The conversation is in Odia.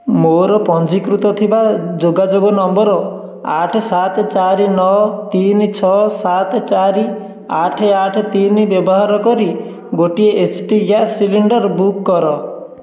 ମୋର ପଞ୍ଜୀକୃତ ଥିବା ଯୋଗାଯୋଗ ନମ୍ବର ଆଠ ସାତ ଚାରି ନଅ ତିନି ଛଅ ସାତ ଚାରି ଆଠ ଆଠ ତିନି ବ୍ୟବହାର କରି ଗୋଟିଏ H P gas cylinder book କର